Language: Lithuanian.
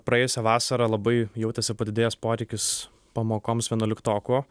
praėjusią vasarą labai jautėsi padidėjęs poreikis pamokoms vienuoliktokų